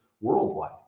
worldwide